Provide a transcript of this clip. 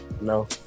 No